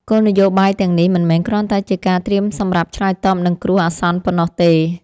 គោលនយោបាយទាំងនេះមិនមែនគ្រាន់តែជាការត្រៀមសម្រាប់ឆ្លើយតបនឹងគ្រោះអាសន្នប៉ុណ្ណោះទេ។